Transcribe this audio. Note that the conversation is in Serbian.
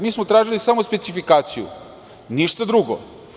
Mi smo tražili samo specifikaciju, ništa drugo.